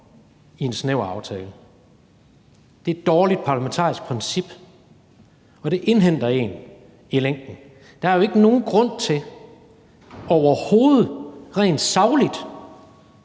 i en snæver aftale. Det er et dårligt parlamentarisk princip, og det indhenter en i længden. Der er jo ikke nogen grund til overhovedet rent sagligt,